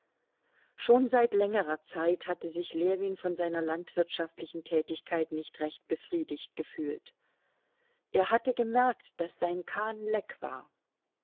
schon seit längerer zeit hatte sich ljewin von seiner landwirtschaftlichen tätigkeit nicht recht befriedigt gefühlt er hatte gemerkt daß sein kahn leck war